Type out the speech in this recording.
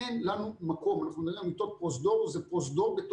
אז אנחנו גם עוקבים אחרי זה וגם